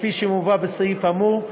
כפי שמובא בסעיף האמור,